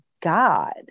God